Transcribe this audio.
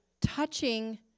touching